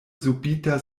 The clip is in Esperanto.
subita